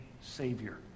Savior